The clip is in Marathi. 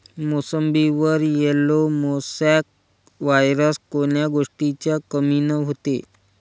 मोसंबीवर येलो मोसॅक वायरस कोन्या गोष्टीच्या कमीनं होते?